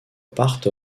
part